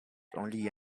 only